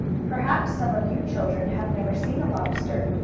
perhaps some of you children have never seen a lobster.